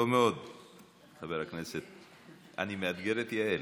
אני מאתגר את יעל.